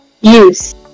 use